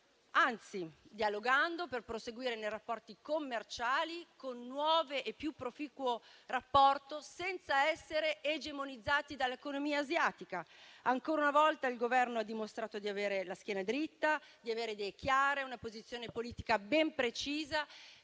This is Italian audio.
anzi dialogando per proseguire nei rapporti commerciali con un nuovo e più proficuo rapporto, senza essere egemonizzati dall'economia asiatica. Ancora una volta il Governo ha dimostrato di avere la schiena dritta e idee chiare; di avere una posizione politica ben precisa